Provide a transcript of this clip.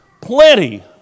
Plenty